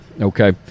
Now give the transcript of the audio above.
Okay